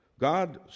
God